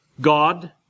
God